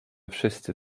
wszyscy